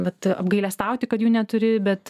bet apgailestauti kad jų neturi bet